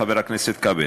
חבר הכנסת כבל.